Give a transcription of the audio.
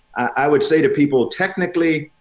i would say to people technically,